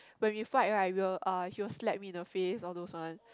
when we fight right we'll uh he will slap me in the face all those one